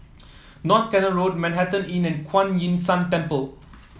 North Canal Road Manhattan Inn and Kuan Yin San Temple